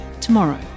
tomorrow